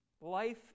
Life